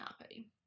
happy